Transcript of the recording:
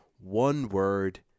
one-word